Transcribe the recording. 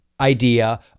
idea